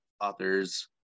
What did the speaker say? authors